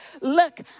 Look